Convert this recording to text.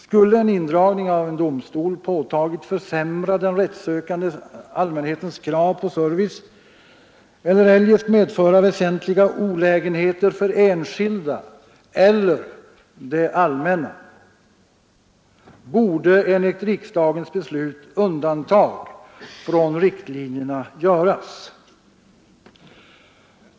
Skulle en indragning av domstol påtagligt försämra den rättssökande allmänhetens krav på service eller eljest medföra väsentliga olägenheter för enskilda eller det allmänna, borde enligt riksdagens beslut undantag från riktlinjerna göras.